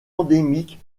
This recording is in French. endémique